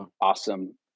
Awesome